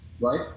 right